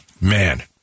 Man